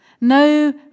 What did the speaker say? No